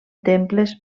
temples